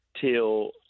till